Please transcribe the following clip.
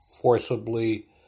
forcibly